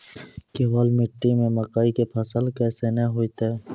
केवाल मिट्टी मे मकई के फ़सल कैसनौ होईतै?